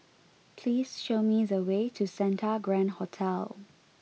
please show me the way to Santa Grand Hotel